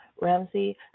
Ramsey